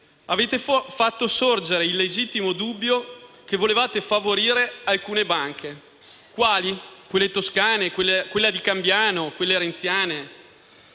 Avete fatto sorgere il legittimo dubbio che volevate favorire alcune banche. Quali? Quelle toscane, quella di Cambiano, quelle renziane?